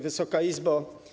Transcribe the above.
Wysoka Izbo!